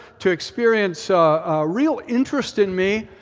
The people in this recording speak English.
to experience a real interest in me,